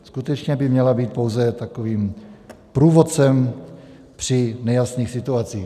Skutečně by měla být pouze takovým průvodcem při nejasných situacích.